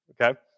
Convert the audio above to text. Okay